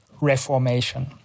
reformation